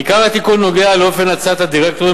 עיקר התיקון נוגע לאופן הצעת הדירקטורים